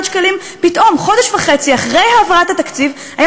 חודש אחרי שהתקציב הזה עבר גיליתי